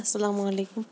اَسَلامُ علیکُم